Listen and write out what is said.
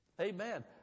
amen